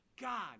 God